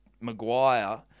Maguire